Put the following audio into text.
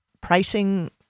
pricing